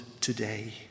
today